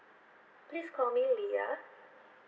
please call me lia